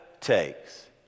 takes